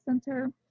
center